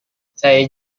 saya